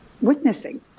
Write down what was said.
witnessing